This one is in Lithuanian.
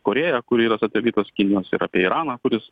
korėją kuri yra satelitas kinijos ir apie iraną kuris